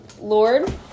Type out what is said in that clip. Lord